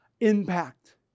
impact